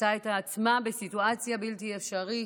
מצאה את עצמה בסיטואציה בלתי אפשרית,